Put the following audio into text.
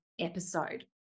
episode